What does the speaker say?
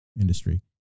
industry